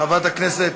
חברת הכנסת,